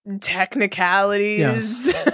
Technicalities